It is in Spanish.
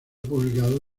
publicado